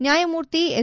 ನ್ನಾಯಮೂರ್ತಿ ಎಸ್